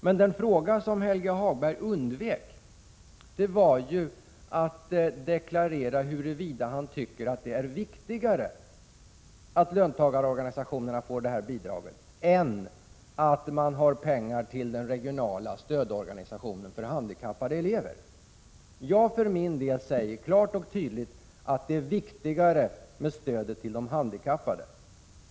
Men vad Helge Hagberg undvek var att deklarera huruvida han tycker att det är viktigare att löntagarorganisationerna får det här bidraget än att man har pengar till den regionala stödorganisationen för handikappade elever. Jag för min del säger klart och tydligt att det är viktigare med stödet till de handikappade.